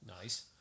Nice